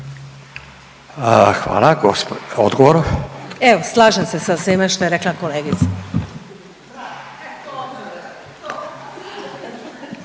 Danica (HDZ)** Evo slažem se sa svime što je rekla kolegica.